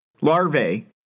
larvae